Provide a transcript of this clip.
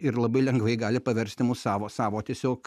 ir labai lengvai gali paversti mus savo savo tiesiog